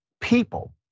people